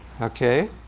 okay